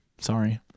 Sorry